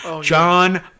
John